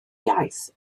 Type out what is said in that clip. iaith